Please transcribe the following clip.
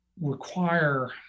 require